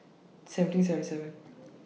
seventeen seven seven